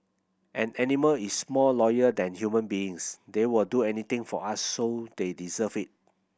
an animal is more loyal than human beings they will do anything for us so they deserve it